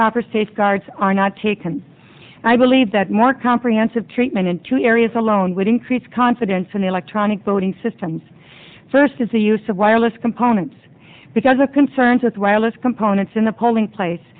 proper safeguards are not taken and i believe that more comprehensive treatment in two areas alone would increase confidence in electronic voting systems first is the use of wireless components because of concerns with wireless components in the polling place